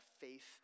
faith